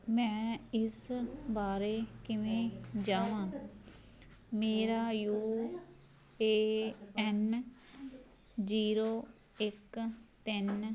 ਮੈਂ ਇਸ ਬਾਰੇ ਕਿਵੇਂ ਜਾਵਾਂ ਮੇਰਾ ਯੂ ਏ ਐੱਨ ਜੀਰੋ ਇੱਕ ਤਿੰਨ